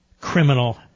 criminal